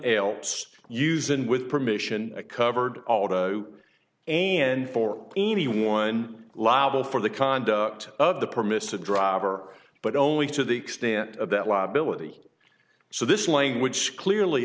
else using with permission a covered auto and for anyone loughborough for the conduct of the permissive driver but only to the extent of that liability so this language clearly